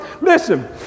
Listen